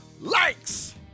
likes